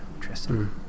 Tristan